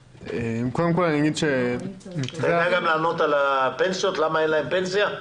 אתה יכול לענות גם על השאלה למה אין להם פנסיה?